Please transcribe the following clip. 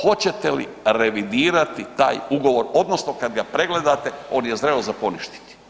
Hoćete li revidirati taj ugovor, odnosno kad ga pregledate, on je zreo za poništiti.